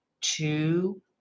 two